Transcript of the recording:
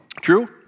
True